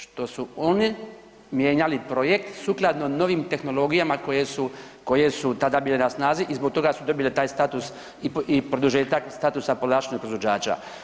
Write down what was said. Što su oni mijenjali projekt sukladno novim tehnologijama koje su tada bile na snazi i zbog toga su dobile taj status i produžetak statusa povlaštenog proizvođača.